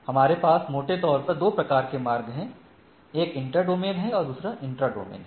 हमारे पास मोटे तौर पर 2 प्रकार के मार्ग हैं एक इंटर डोमेन है और दूसरा इंट्रा डोमेन है